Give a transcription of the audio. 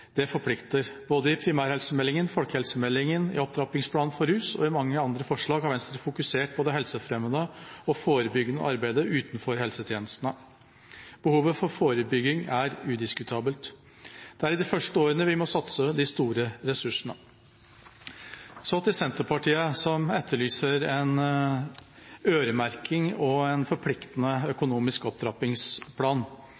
Det forplikter. Både i forbindelse med primærhelsemeldingen, folkehelsemeldingen, Opptrappingsplanen for rusfeltet og i mange andre forslag har Venstre fokusert på det helsefremmende og forebyggende arbeidet utenfor helsetjenestene. Behovet for forebygging er udiskutabelt. Det er i de første årene vi må satse de store ressursene. Så til Senterpartiet, som etterlyser en øremerking og en forpliktende